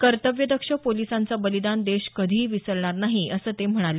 कर्तव्यदक्ष पोलिसांचं बलिदान देश कधीही विसरणार नाही असं ते म्हणाले